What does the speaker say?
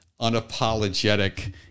unapologetic